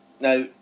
Now